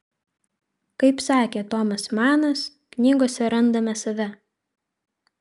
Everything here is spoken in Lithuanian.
kaip sakė tomas manas knygose randame save